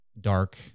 dark